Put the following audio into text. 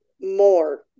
more